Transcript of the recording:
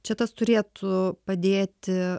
čia tas turėtų padėti